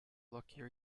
luckier